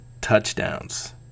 touchdowns